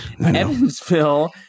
Evansville